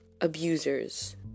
abusers